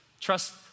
Trust